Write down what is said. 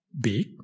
big